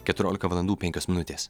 keturiolika valandų penkios minutės